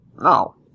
No